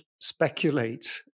speculate